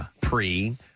pre-